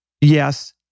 yes